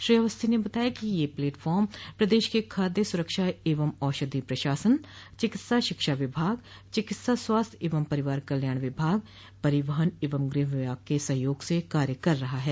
श्री अवस्थी ने बताया कि यह प्लेटफार्म प्रदेश के खाद्य सुरक्षा एवं औषधि प्रशासन चिकित्सा शिक्षा विभाग चिकित्सा स्वास्थ्य एवं परिवार कल्याण विभाग परिवहन एव गृह विभाग के सहयोग से कार्य कर रहा है